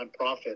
nonprofit